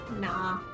Nah